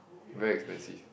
very expensive